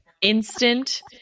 Instant